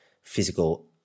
physical